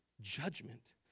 judgment